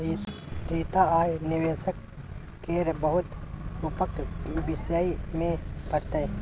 रीता आय निबेशक केर बहुत रुपक विषय मे पढ़तै